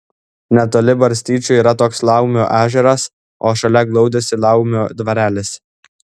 netoli barstyčių yra toks laumių ežeras o šalia glaudėsi laumių dvarelis